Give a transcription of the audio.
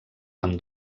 amb